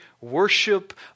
worship